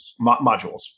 modules